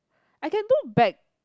I can do back